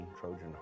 Trojan